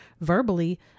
verbally